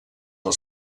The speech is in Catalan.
del